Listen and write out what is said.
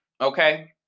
okay